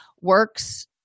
works